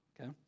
okay